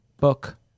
book